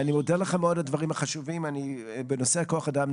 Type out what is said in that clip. אני מודה לך מאוד על הדברים החשובים בנושא כוח האדם,